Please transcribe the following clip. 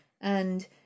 and